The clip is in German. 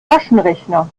taschenrechner